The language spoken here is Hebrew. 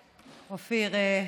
אופיר.